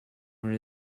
where